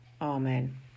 Amen